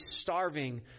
starving